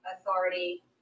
authority